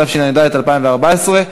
התשע"ד 2014,